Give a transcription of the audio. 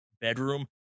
bedroom